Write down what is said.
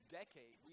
decade